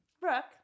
Brooke